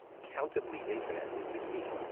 countably infinite is the key.